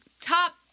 top